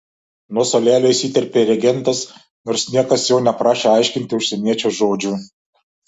nuo suolelio įsiterpė regentas nors niekas jo neprašė aiškinti užsieniečio žodžių